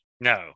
no